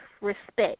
respect